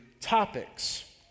topics